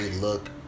look